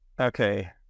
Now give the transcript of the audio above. Okay